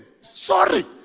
Sorry